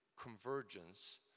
convergence